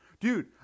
Dude